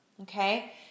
okay